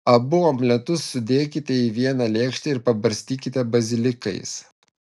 abu omletus sudėkite į vieną lėkštę ir pabarstykite bazilikais